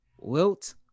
Wilt